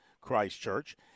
Christchurch